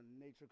nature